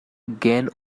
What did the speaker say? gain